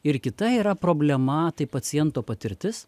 ir kita yra problema tai paciento patirtis